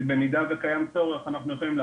במידה וקיים צורך.